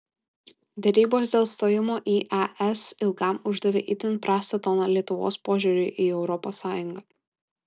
derybos dėl stojimo į es ilgam uždavė itin prastą toną lietuvos požiūriui į europos sąjungą